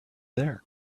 there